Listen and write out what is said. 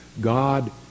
God